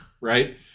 right